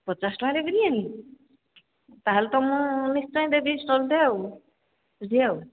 ପଚାଶ ଟଙ୍କାରେ ବିରିୟାନୀ ତାହେଲେ ତ ମୁଁ ନିଶ୍ଚୟ ଦେବି ଷ୍ଟଲଟେ ଆଉ ବୁଝିବ ଆଉ